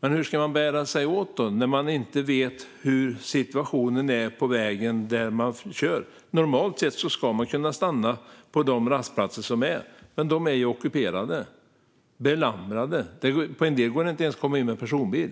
Men hur ska man bära sig åt när man inte vet hur situationen är på vägen där man kör? Normalt sett ska man kunna stanna på de rastplatser som finns, men de är ju ockuperade - belamrade. På en del går det inte ens att komma in med personbil.